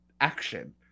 action